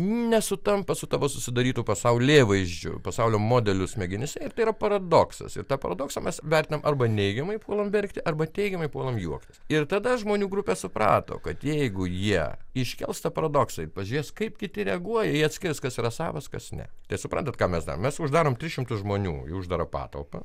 nesutampa su tavo susidarytu pasaulėvaizdžiu pasaulio modeliu smegenyse ir tai yra paradoksas ir tą paradoksą mes vertinam arba neigiamai puolam verkti arba teigiamai puolam juoktis ir tada žmonių grupės suprato kad jeigu jie iškels tą paradoksą ir pažiūrės kaip kiti reaguoja jie atskirs kas yra savas kas ne tai suprantat ką mes darom mes uždarom tris šimtus žmonių į uždarą patalpą